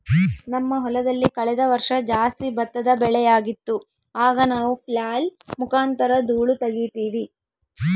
ನಮ್ಮ ಹೊಲದಲ್ಲಿ ಕಳೆದ ವರ್ಷ ಜಾಸ್ತಿ ಭತ್ತದ ಬೆಳೆಯಾಗಿತ್ತು, ಆಗ ನಾವು ಫ್ಲ್ಯಾಯ್ಲ್ ಮುಖಾಂತರ ಧೂಳು ತಗೀತಿವಿ